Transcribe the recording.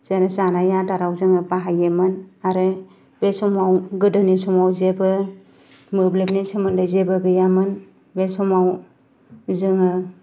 जोङो जानाय आदाराव बाहायोमोन आरो बे समाव गोदोनि समाव जेबो मोब्लिबनि सोमोन्दै जेबो गैयामोन बे समाव जोङो